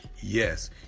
Yes